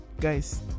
Guys